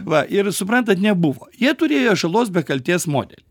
va ir suprantat nebuvo jie turėjo žalos be kaltės modelį